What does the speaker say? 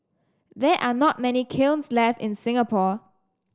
there are not many kilns left in Singapore